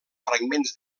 fragments